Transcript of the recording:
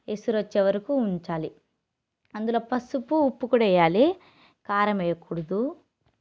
ఎసురు వచ్చేవరకు ఉంచాలి అందులో పసుపు ఉప్పు కూడా వేయాలి కారం వేయకూడదు